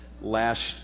last